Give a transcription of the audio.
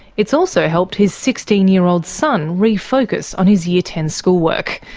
it's also helped his sixteen year old son re-focus on his year ten schoolwork,